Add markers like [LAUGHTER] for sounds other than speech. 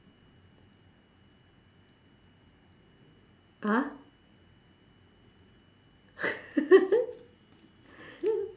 !huh! [LAUGHS]